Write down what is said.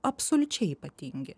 absoliučiai ypatingi